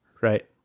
right